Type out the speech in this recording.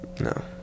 No